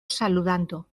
saludando